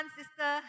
sister